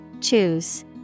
Choose